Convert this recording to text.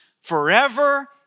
forever